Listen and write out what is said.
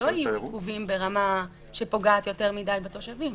שלא יהיו עיכובים ברמה שפוגעת יותר מדי בתושבים.